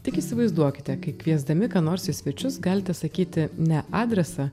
tik įsivaizduokite kai kviesdami ką nors į svečius galite sakyti ne adresą